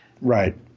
Right